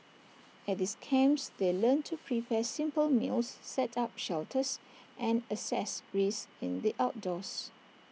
at these camps they learn to prepare simple meals set up shelters and assess risks in the outdoors